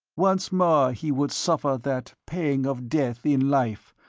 once more he would suffer that pang of death in life,